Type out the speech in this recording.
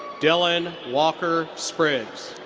dylan walker spriggs.